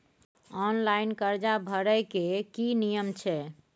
Online कर्जा भरै के की नियम छै?